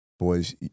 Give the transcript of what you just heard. Boys